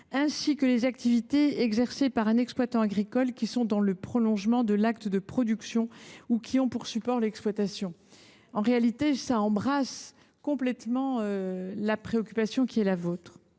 ainsi que les activités exercées par un exploitant agricole qui sont dans le prolongement de l’acte de production ou qui ont pour support l’exploitation ». Cet article répond pleinement à la préoccupation qui est exprimée